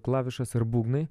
klavišas ir būgnai